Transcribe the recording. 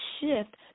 shift